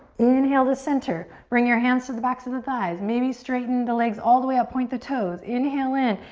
inhale to center. bring your hands to the backs of the thighs. maybe straighten the legs all the way up, point the toes. inhale in.